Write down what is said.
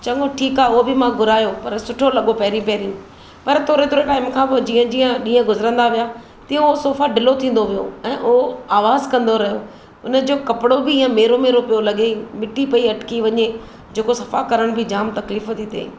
चङो ठीकु आहे उहो बि मां घुरायो पर सुठो लगो पहिरीं पहिरीं पर थोरे थोरे टाइम खां पोइ जीअं जीअं ॾींहं गुज़रंदा विया इहो सोफ़ा ढिलो थींदो वियो आवाज़ु कंदो रहियो हुनजो कपिड़ो बि ईंअ मेरो मेरो पियो लॻे मिटी पेई अटकी वञे जेको सफ़ा करण में जाम तकलीफ़ थी थिए